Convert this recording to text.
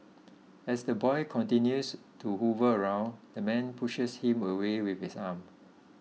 as the boy continues to hover around the man pushes him away with his arm